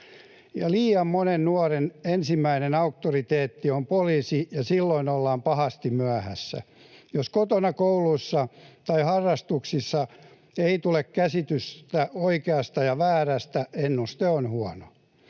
Liian monen nuoren ensimmäinen auktoriteetti on poliisi, ja silloin ollaan pahasti myöhässä. Jos kotona, koulussa tai harrastuksissa ei tule käsitystä oikeasta ja väärästä, ennuste on huono.